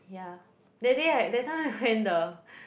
ya that day I that time I went the